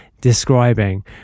describing